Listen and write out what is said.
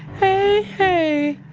hey, hey.